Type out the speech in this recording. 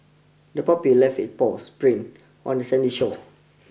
the puppy left its paws print on the sandy shore